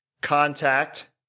Contact